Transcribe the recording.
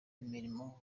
imirimo